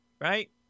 right